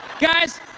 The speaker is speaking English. Guys